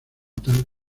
tal